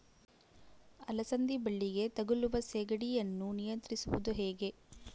ಅಲಸಂದಿ ಬಳ್ಳಿಗೆ ತಗುಲುವ ಸೇಗಡಿ ಯನ್ನು ನಿಯಂತ್ರಿಸುವುದು ಹೇಗೆ?